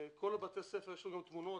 כל בתי הספר יש לנו תמונות,